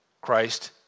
Christ